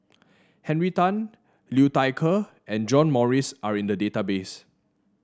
Henry Tan Liu Thai Ker and John Morrice are in the database